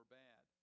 bad